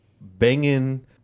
banging